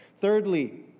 Thirdly